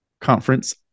conference